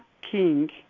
king